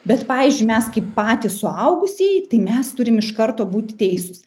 bet pavyzdžiui mes kaip patys suaugusieji tai mes turim iš karto būti teisūs